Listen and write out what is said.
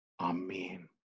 Amen